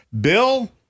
Bill